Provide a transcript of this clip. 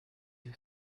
you